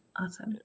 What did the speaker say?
Awesome